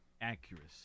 accuracy